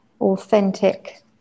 authentic